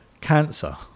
cancer